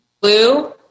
blue